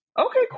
okay